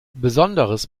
besonderes